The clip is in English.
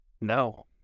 No